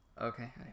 Okay